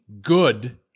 good